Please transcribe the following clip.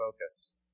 focus